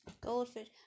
Goldfish